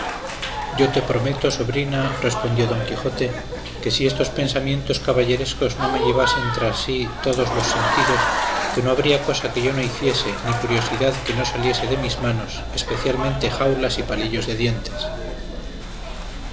yo te prometo sobrina respondió don quijote que si estos pensamientos caballerescos no me llevasen tras sí todos los sentidos que no habría cosa que yo no hiciese ni curiosidad que no saliese de mis manos especialmente jaulas y palillos de dientes